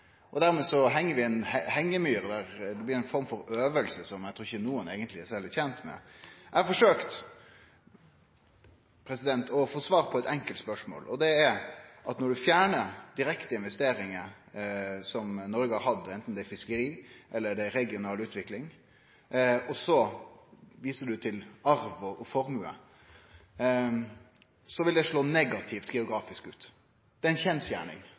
Dermed heng vi i ein hengjemyr – det blir ein form for øving eg ikkje trur nokon er særleg tent med. Eg forsøkte å få svar på eit enkelt spørsmål, og det er: Når ein fjernar direkte investeringar som Noreg har hatt anten det er fiskeri eller det er regional utvikling, og visar til arv og formue, vil det slå negativt ut geografisk. Det er ei kjensgjerning,